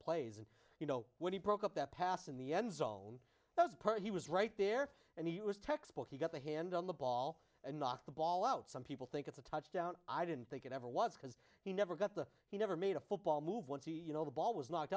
plays and you know when he broke up that pass in the end zone those part he was right there and it was textbook he got the hand on the ball and knocked the ball out some people think it's a touchdown i didn't think it ever was because he never got the he never made a football move once he you know the ball was knocked